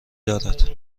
دارد